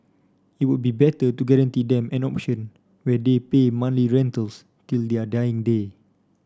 it would be better to guarantee them an option where they pay monthly rentals till their dying day